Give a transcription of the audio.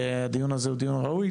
הדיון הזה הוא דיון ראוי.